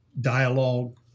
dialogue